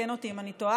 תתקן אותי אם אני טועה,